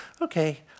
Okay